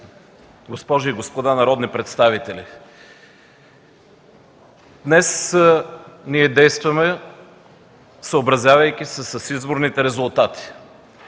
госпожи и господа народни представители! Днес ние действаме, съобразявайки се с изборните резултати.